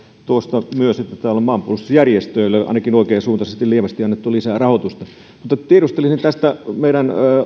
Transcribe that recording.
tuosta että täällä on maanpuolustusjärjestöille ainakin oikeansuuntaisesti lievästi annettu lisää rahoitusta tiedustelisin tästä meidän